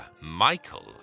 Michael